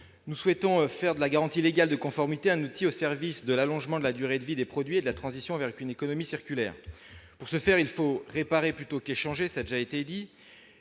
Nous souhaitons faire de la garantie légale de conformité un outil au service de l'allongement de la durée de vie des produits et de la transition vers une économie circulaire. Pour ce faire, il faut réparer plutôt qu'échanger. Or certains